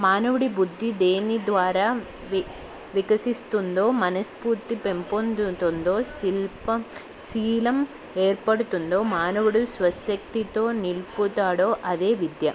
మానవుడి బుద్ధి దేని ద్వారా వి వికసిస్తుందో మనస్ఫూర్తి పెంపొందుతుందో శిల్పం శీలం ఏర్పడుతుందో మానవుడు స్వశక్తితో నిల్పుతాడో అదే విద్య